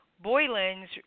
Boylan's